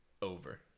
Over